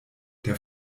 der